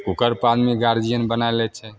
कुकरपर आदमी गार्जिअन बना लै छै